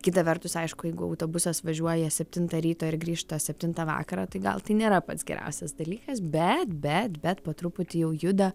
kita vertus aišku jeigu autobusas važiuoja septintą ryto ir grįžta septintą vakaro tai gal tai nėra pats geriausias dalykas bet bet bet po truputį jau juda